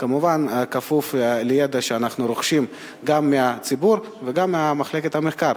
כמובן כפוף לידע שאנחנו רוכשים גם מהציבור וגם ממחלקת המחקר.